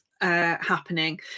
happening